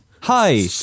Hi